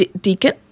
Deacon